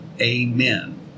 Amen